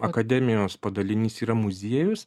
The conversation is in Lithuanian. akademijos padalinys yra muziejus